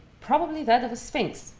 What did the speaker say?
probably that of a sphinx